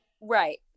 Right